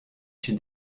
chez